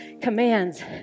commands